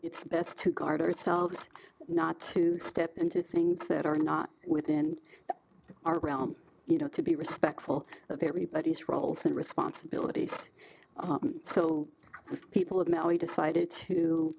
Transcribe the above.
it's best to guard ourselves not to step into things that are not within our realm you know to be respectful of everybody's roles and responsibilities so people of mel we decided to